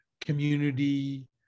community